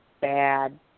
bad